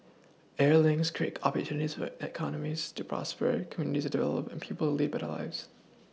air links create opportunities will economies to prosper communities to develop and people to lead better lives